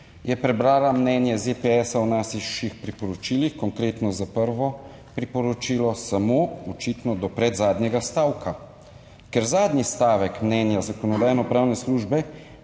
je prebrala mnenje ZPS o naših priporočilih, konkretno za prvo priporočilo, samo očitno do predzadnjega stavka. Ker zadnji stavek mnenja Zakonodajno-pravne službe